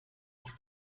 auf